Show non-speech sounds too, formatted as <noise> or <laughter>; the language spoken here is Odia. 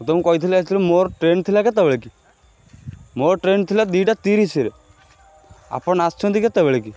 ମୁଁ ତମୁକୁ କହିଥିଲି <unintelligible> ମୋର ଟ୍ରେନ୍ ଥିଲା କେତେବେଳେ କି ମୋ ଟ୍ରେନ୍ ଥିଲା ଦୁଇଟା ତିରିଶିରେ ଆପଣ ଆସିଛନ୍ତି କେତେବେଳେ କି